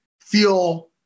feel